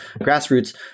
grassroots